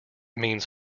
means